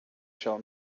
shall